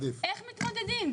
איך מתמודדים?